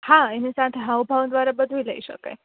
હા એની સાથે હાવ ભાવ દ્વારા બધુંય લઈ શકાય